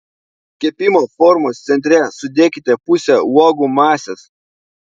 kepimo formos centre sudėkite pusę uogų masės